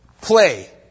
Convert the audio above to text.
play